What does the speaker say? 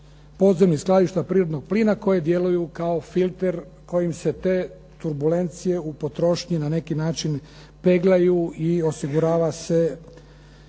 podzemnih skladišta prirodnog plina koje djeluju kao filter kojim se te turbulencije u potrošnji na neki način peglaju i osigurava se